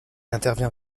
intervient